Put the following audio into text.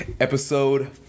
episode